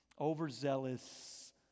overzealous